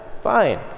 Fine